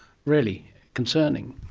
really concerning.